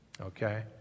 Okay